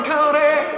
County